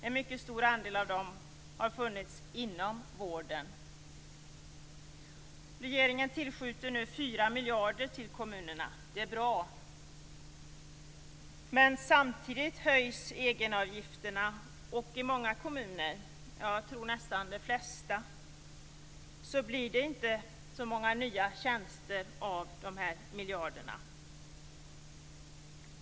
En mycket stor andel av dem har funnits inom vården. Regeringen tillskjuter nu 4 miljarder till kommunerna. Det är bra. Men samtidigt höjs egenavgifterna, och i många kommuner - jag tror nästan de flesta - blir det inte så många nya tjänster av de här miljarderna.